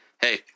hey